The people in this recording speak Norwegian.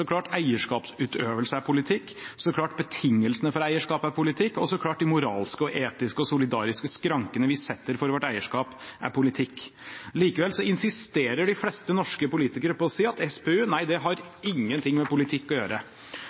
klart eierskapsutøvelse er politikk, så klart betingelsene for eierskap er politikk, og så klart de moralske, etiske og solidariske skrankene vi setter for vårt eierskap, er politikk! Likevel insisterer de fleste norske politikere på å si at SPU, nei, det har ingenting med politikk å gjøre.